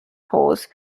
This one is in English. hulls